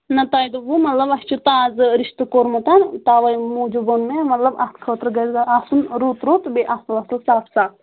نہ تۄہہِ دوٚپوٕ مطلب اَسہِ چھِ تازٕ رِشتہٕ کوٚرمُت تَوَے موٗجوٗب ووٚن مےٚ مطلب اَتھ خٲطرٕ گژھِ زَن آسُن رُت رُت بیٚیہِ اَصٕل اَصٕل صاف صاف